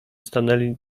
stanęli